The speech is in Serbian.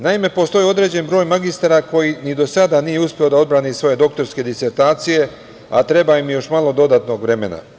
Naime, postoji određen broj magistara koji ni do sada nisu uspeli da odbrane svoje doktorske disertacije, a treba im još malo dodatnog vremena.